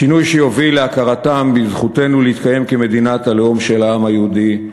שינוי שיוביל להכרתם בזכותנו להתקיים כמדינת הלאום של העם היהודי.